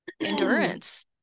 endurance